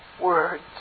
words